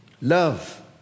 Love